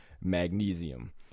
magnesium